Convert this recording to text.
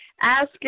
Ask